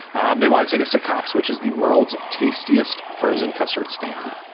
um they want to take us to cops which is the world's tastiest frozen custard stand